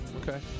Okay